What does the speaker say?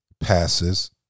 passes